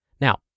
Now